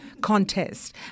contest